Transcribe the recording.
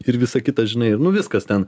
ir visa kita žinai nu viskas ten